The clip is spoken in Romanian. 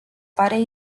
pare